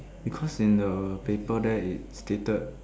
because in the paper there it's stated